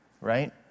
Right